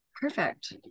Perfect